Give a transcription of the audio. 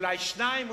אולי שניים,